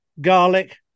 garlic